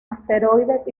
asteroides